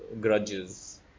grudges